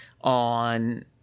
on